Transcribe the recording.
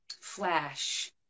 flash